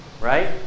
right